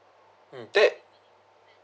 mm that